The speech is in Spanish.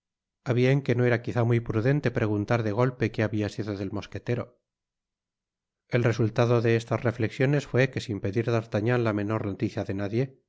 bien que no era quizá mny prudente preguntar de golpe qné habia sido del mosquetero el resultado de estas reflexiones fué que sin pedir d'artagnan la menor noticia de nadie